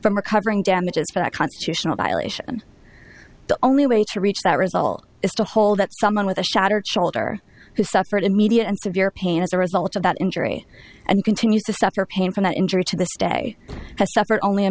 from recovering damages for a constitutional violation the only way to reach that result is to hold that someone with a shattered shoulder who suffered immediate and severe pain as a result of that injury and continues to suffer pain from that injury to this day has